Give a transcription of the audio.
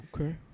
Okay